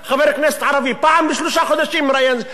פעם בשלושה חודשים מראיין חבר כנסת ערבי,